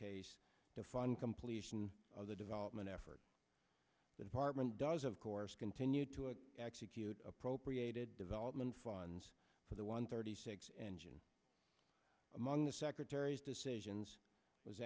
case to fine completion of the development effort the department does of course continue to execute appropriated development funds for the one thirty six engine among the secretary's decisions was